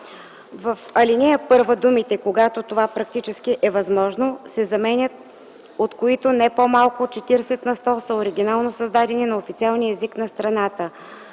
В ал. 1 думите „когато това практически е възможно” се заменят с „от които не по-малко от 40 на сто са оригинално създадени на официалния език на страната”.